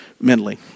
mentally